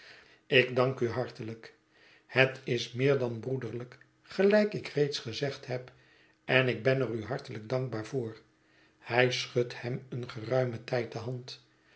ik dank u hartelijk het is meer dan broederlijk gelijk ik reeds gezegd heb en ik ben er u hartelijk dankbaar voor hij schudt hem een geruimen tijd de hand